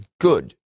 good